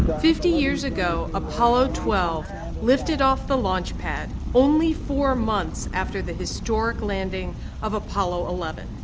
fifty years ago, apollo twelve lifted off the launch pad, only four months after the historic landing of apollo eleven.